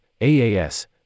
aas